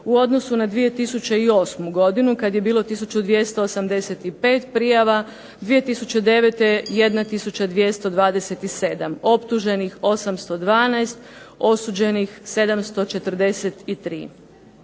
u odnosu na 2008. godinu kada je bilo 1285 prijava, 2009. 1227, optuženih 812, osuđenih 743.